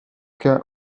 cas